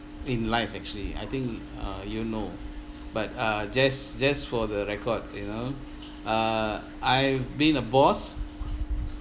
in life actually I think uh you know but uh just just for the record you know uh I've been a boss